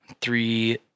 Three